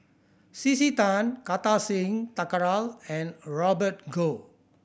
C C Tan Kartar Singh Thakral and Robert Goh